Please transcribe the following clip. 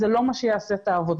זה לא מה שיעשה את העבודה.